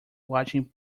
watching